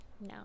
No